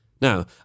Now